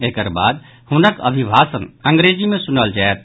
एकर बाद हुनक अभिभाषण अंग्रेजी मे सुनल जायत